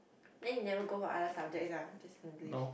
then you never go for other subjects ah just English